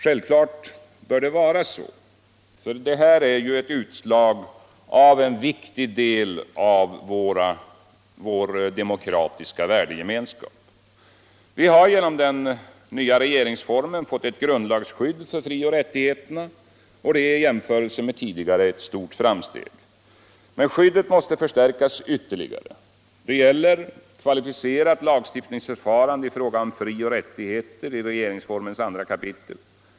Självfallet bör det vara så — detta är ju en viktig del av vår demokratiska värdegemenskap! Vi har genom den nya regeringsformen fått ett grundlagsskydd för frioch rättigheterna. Det är i jämförelse med det tidigare grundlagsskyddet ett stort framsteg. Men skyddet måste förstärkas ytterligare. Det gäller t.ex. ett kvalificerat lagstiftningsförfarande i fråga om frioch rättigheter i regeringsformens andra kapitel.